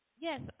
Yes